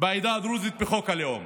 בעדה הדרוזית בחוק הלאום